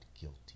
guilty